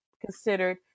considered